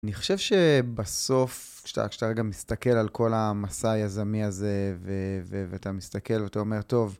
אני חושב שבסוף, כשאתה רגע מסתכל על כל המסע היזמי הזה ואתה מסתכל ואתה אומר, טוב,